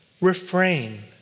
Refrain